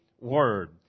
word